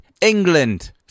England